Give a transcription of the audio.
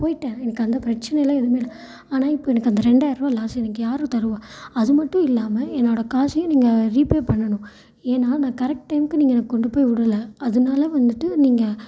போயிட்டேன் எனக்கு அந்த பிரச்சனையெல்லாம் எதுவுமே இல்லை ஆனால் இப்போ எனக்கு அந்த ரெண்டாயிர ரூபா லாஸு எனக்கு யாரு தருவா அது மட்டும் இல்லாமல் என்னோடய காசையும் நீங்கள் ரீபே பண்ணணும் ஏன்னா நான் கரெக்ட் டைமுக்கு நீங்கள் என்னை கொண்டு போய் விடல அதனால வந்துட்டு நீங்கள்